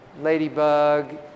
ladybug